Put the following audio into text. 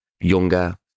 younger